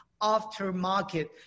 aftermarket